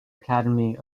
academy